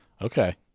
okay